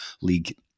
league